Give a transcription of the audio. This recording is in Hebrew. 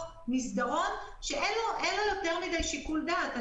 מסדרון שאין לו יותר מידי שיקול דעת.